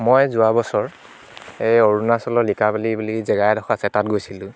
যোৱা বছৰ এই অৰুণাচলৰ লিকাবালি বুলি জেগা এডোখৰ আছে তাত গৈছিলোঁ